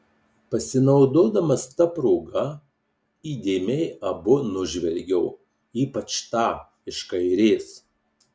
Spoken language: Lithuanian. pasinaudodamas ta proga įdėmiai abu nužvelgiau ypač tą iš kairės